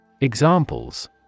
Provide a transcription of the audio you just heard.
Examples